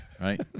right